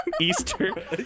Easter